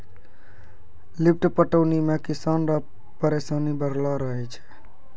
lift पटौनी मे किसान रो परिसानी बड़लो रहै छै